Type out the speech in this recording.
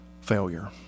failure